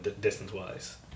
distance-wise